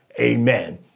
Amen